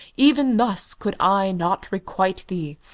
even thus could i not requite thee,